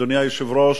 אדוני היושב-ראש,